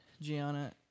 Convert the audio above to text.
Gianna